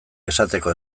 esateko